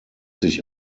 sich